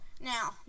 Now